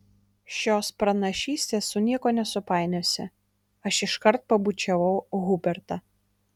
šios pranašystės su niekuo nesupainiosi aš iškart pabučiavau hubertą